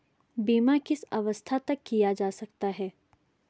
बीमा किस अवस्था तक किया जा सकता है?